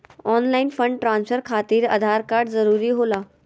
Online fund transfer खातिर Aadhaar card जरूरी होला?